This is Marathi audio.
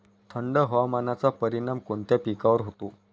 थंड हवामानाचा परिणाम कोणत्या पिकावर होतो?